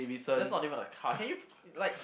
that's not even a car can you like